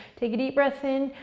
take a deep breath in,